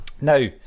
Now